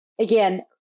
again